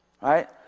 right